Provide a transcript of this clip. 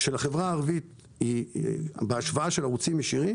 של החברה הערבית בהשוואה של ערוצים ישירים